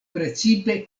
precipe